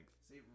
See